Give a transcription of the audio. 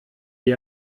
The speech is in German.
die